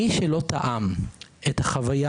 מי שלא טעם את החוויה